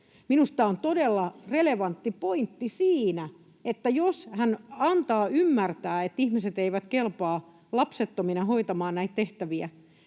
Minusta on todella relevantti pointti siinä, että jos hän antaa ymmärtää, että ihmiset eivät kelpaa lapsettomina hoitamaan näitä tehtäviä